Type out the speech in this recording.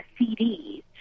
CDs